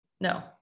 No